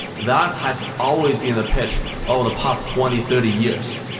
that has always been the pitch over the past twenty, thirty years.